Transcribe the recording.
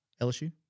LSU